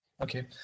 Okay